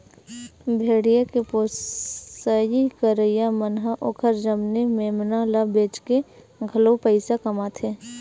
भेड़िया के पोसई करइया मन ह ओखर जनमे मेमना ल बेचके घलो पइसा कमाथे